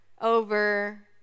over